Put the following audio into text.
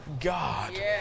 God